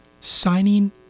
signing